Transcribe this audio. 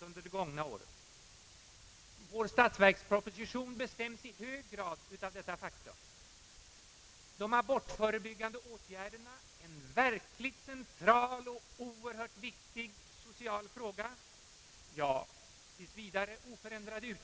under det gångna året. Årets statsverksproposition bestäms i hög grad av detta faktum. Men för abortförebyggande åtgärder — en verkligt central och oerhört viktig social fråga — skall utgifterna tills vidare vara oförändrade.